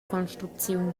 construcziun